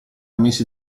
messi